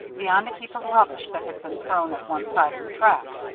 beyond a heap of rubbish that had been thrown at one side of the track.